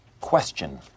Question